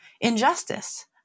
injustice